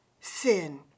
sin